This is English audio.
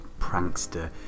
prankster